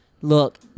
look